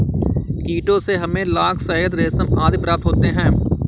कीटों से हमें लाख, शहद, रेशम आदि प्राप्त होते हैं